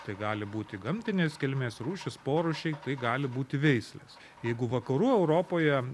tai gali būti gamtinės kilmės rūšys porūšiai tai gali būti veislės jeigu vakarų europoje